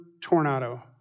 Tornado